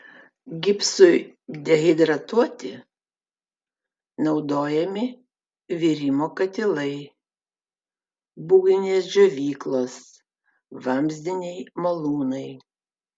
gipsui dehidratuoti naudojami virimo katilai būgninės džiovyklos vamzdiniai malūnai